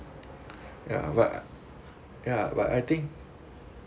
ya but yeah but I think